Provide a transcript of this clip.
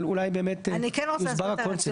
אבל אולי באמת יוסבר הקונספט.